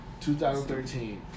2013